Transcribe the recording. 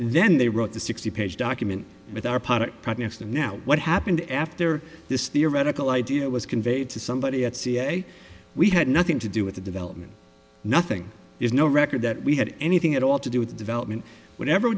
then they wrote the sixty page document with our product projects and now what happened after this theoretical idea was conveyed to somebody at c a a we had nothing to do with the development nothing is no record that we had anything at all to do with the development whatever